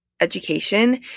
education